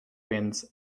winds